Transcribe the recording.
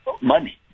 money